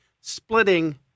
splitting